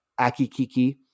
akikiki